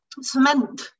cement